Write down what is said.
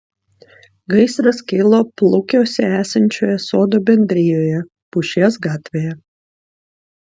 gaisras kilo plukiuose esančioje sodų bendrijoje pušies gatvėje